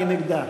מי נגדה?